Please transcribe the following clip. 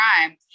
crime